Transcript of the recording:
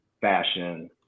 fashion